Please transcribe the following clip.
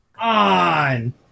on